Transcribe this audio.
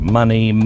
money